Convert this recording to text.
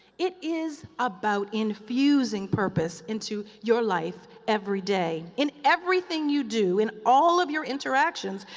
it is about infusing purpose into your life every day in everything you do, in all of your interactions,